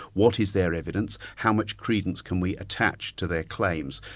what is their evidence? how much credence can we attach to their claims?